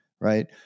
right